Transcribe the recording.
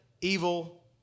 evil